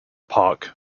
park